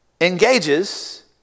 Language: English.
engages